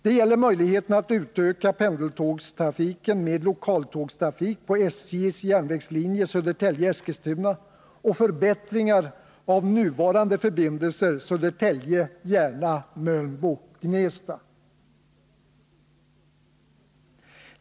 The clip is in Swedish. Det gäller möjligheten att utöka pendeltågstrafiken med lokaltågstrafik på SJ:s järnvägslinje Södertälje-Eskilstuna och förbättringar av nuvarande förbindelser Södertälje-Järna-Mölnbo-Gnesta.